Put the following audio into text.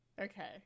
Okay